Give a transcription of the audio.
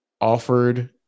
offered